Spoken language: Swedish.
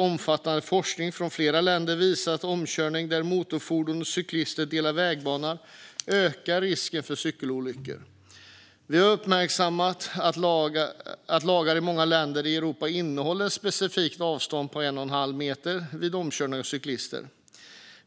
Omfattande forskning från flera länder visar att omkörningar där motorfordon och cyklister delar vägbana ökar risken för cykelolyckor. Vi har uppmärksammat att lagar i många länder i Europa innehåller ett specifikt avstånd på en och en halv meter vid omkörning av cyklister.